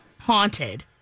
haunted